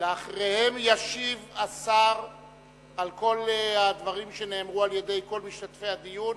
אחריהם ישיב השר על כל הדברים שאמרו כל משתתפי הדיון,